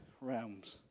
realms